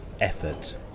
effort